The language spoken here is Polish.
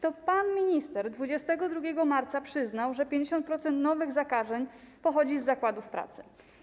To pan minister 22 marca przyznał, że 50% nowych zakażeń pochodzi z zakładów pracy.